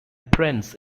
prince